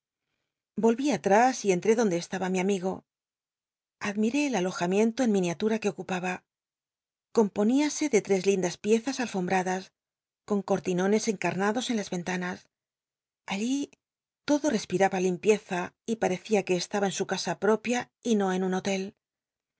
volví atrás y entré donde estaba mi amigo admiré el alojamiento en miniatura que ocupaba componíase de tres lindas piezas alfombradas con cortinones encamados en las ventanas allí todo respiraba limpieza y parecía que estaba en su casa propia y no en un hotel